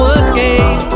again